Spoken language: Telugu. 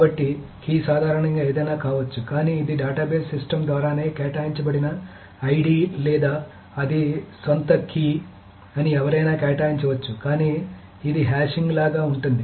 కాబట్టి కీ సాధారణంగా ఏదైనా కావచ్చు కానీ ఇది డేటాబేస్ సిస్టమ్ ద్వారానే కేటాయించిన ఐడి లేదా అది సొంత కీ అని ఎవరైనా కేటాయించవచ్చు కానీ ఇది హ్యాషింగ్ లాగా ఉంటుంది